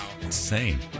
insane